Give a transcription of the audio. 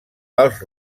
els